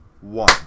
one